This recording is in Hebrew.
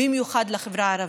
במיוחד לחברה הערבית.